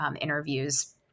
interviews